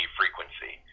frequency